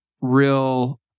real